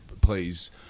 please